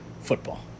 football